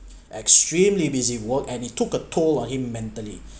extremely busy work and it took a toll on him mentally